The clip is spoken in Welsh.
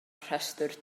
rhestr